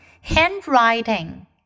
Handwriting